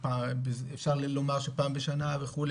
אפשר לומר שפעם בשנה וכו',